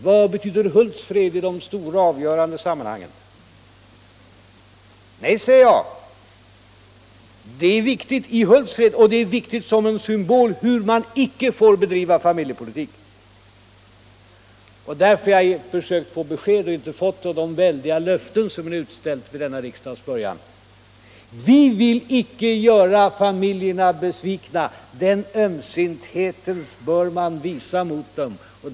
Vad betyder Hultsfred i de stora och avgörande sammanhangen? Nej, säger jag. Det var viktigt i Hultsfred, och det är viktigt såsom ett exempel på hur man inte får bedriva familjepolitik. Därför har jag försökt få besked — vilket jag inte har fått —- om de väldiga löften som ni utställt vid denna riksdags början. Vi socialdemokrater vill inte göra familjerna besvikna. Den ömsintheten bör man visa dem.